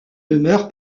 demeure